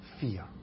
fear